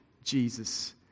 Jesus